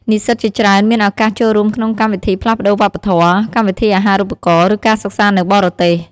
និស្សិតជាច្រើនមានឱកាសចូលរួមក្នុងកម្មវិធីផ្លាស់ប្ដូរវប្បធម៌ កម្មវិធីអាហារូបករណ៍ ឬការសិក្សានៅបរទេស។